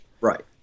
Right